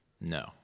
No